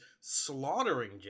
slaughtering